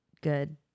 good